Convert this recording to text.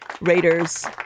Raiders